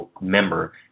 member